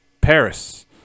Paris